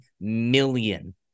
million